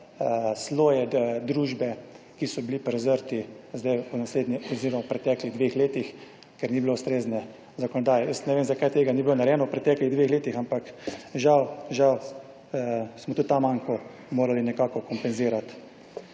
sloje družbe, ki so bili prezrti zdaj v naslednjih oziroma v preteklih dveh letih, ker ni bilo ustrezne zakonodaje. Jaz ne vem zakaj tega ni bilo narejeno v preteklih dveh letih, ampak žal, žal smo tudi ta manko morali nekako kompenzirati.